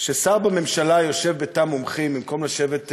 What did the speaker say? ששר בממשלה יושב בתא המומחים במקום לשבת,